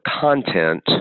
content